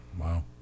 Wow